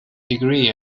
degree